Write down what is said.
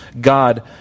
God